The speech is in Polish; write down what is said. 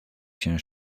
się